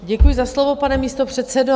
Děkuji za slovo, pane místopředsedo.